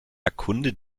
erkunde